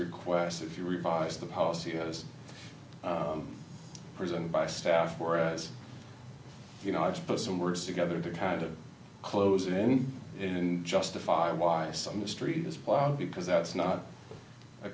requests if you revise the policy as presented by staff whereas you know i just put some words together to kind of close in and justify why some of the street is plowed because that's not a